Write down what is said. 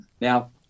Now